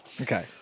Okay